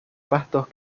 pastos